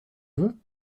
veux